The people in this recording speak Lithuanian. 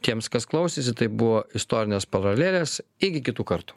tiems kas klausėsi tai buvo istorinės paralelės iki kitų kartų